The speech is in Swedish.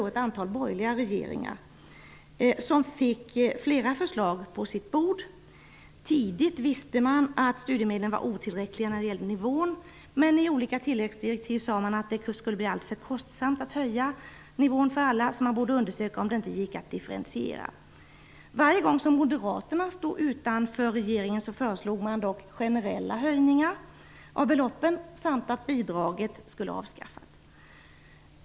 Ett antal borgerliga regeringar fick sedan flera förslag på sitt bord. Tidigt visste man att studiemedlen var otillräckliga när det gällde nivån, men i olika tilläggsdirektiv sade man att det skulle bli alltför kostsamt att höja nivån för alla, så man borde undersöka om det inte gick att differentiera. Varje gång moderaterna stod utanför regeringen föreslog de dock generella höjningar av beloppen samt att bidraget skulle avskaffas.